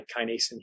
kinase